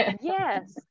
yes